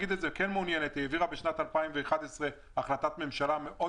היא העבירה בשנת 2011 החלטת ממשלה מאוד